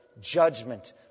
judgment